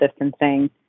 distancing